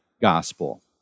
gospel